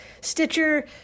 Stitcher